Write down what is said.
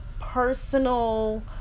personal